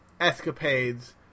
escapades